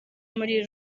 muri